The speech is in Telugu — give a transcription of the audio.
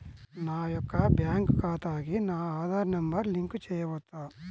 నా యొక్క బ్యాంక్ ఖాతాకి నా ఆధార్ నంబర్ లింక్ చేయవచ్చా?